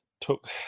took